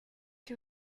que